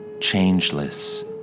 changeless